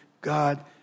God